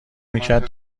میکرد